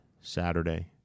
Saturday